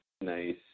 Nice